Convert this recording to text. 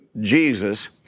Jesus